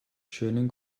schönen